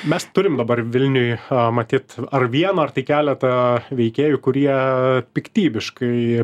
mes turim dabar vilniuje ha matyt ar vieną ar tai keletą veikėjų kurie piktybiškai